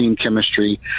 chemistry